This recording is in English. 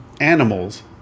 animals